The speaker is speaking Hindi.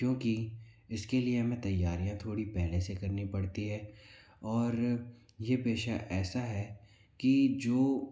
क्योंकि इसके लिए हमें तैयारियाँ थोड़ी पहले से करनी पड़ती है और ये पेशा ऐसा है कि जो